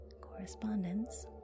Correspondence